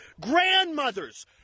grandmothers